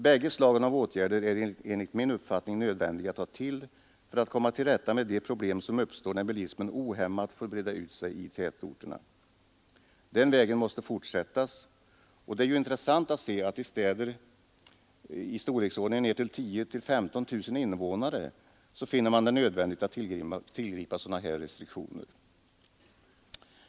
Bägge slagen av åtgärder är enligt min uppfattning nödvändiga att ta till för att komma till rätta med de problem som uppstår när bilismen ohämmat får breda ut sig i tätorterna. Den vägen måste fortsättas, och det är intressant att se att man i städer i storleksordningen ner till 10 000—15 000 invånare finner det nödvändigt att tillgripa sådana restriktioner.